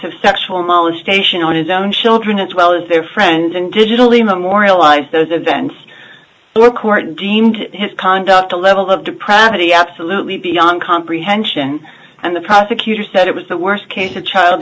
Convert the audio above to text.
of sexual molestation on his own children as well as their friends and digitally memorialize those events or court deemed his conduct a level of depravity absolutely beyond comprehension and the prosecutor said it was the worst case of child